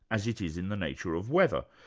as it is in the nature of weather.